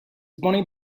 bonnie